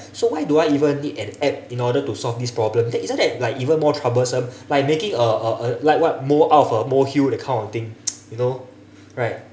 so why do I even need an app in order to solve this problem that isn't that like even more troublesome like making a a a like what mole out of a molehill that kind of thing you know right